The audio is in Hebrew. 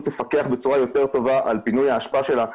תפקח בצורה יותר טובה על פינוי האשפה שלה,